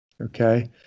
okay